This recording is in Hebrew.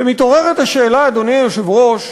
ומתעוררת השאלה, אדוני היושב-ראש,